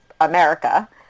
America